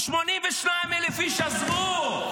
82,000 איש עזבו.